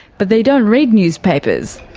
but they don't read newspapers.